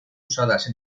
usadas